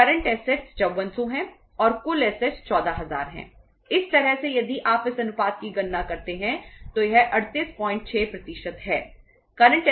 current से अनुपात 386 है